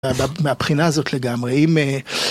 מהבחינה הזאת לגמרי.